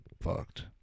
fucked